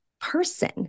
person